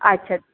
अच्छा